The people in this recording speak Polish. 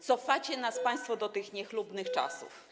Cofacie nas państwo do tych niechlubnych czasów.